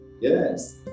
Yes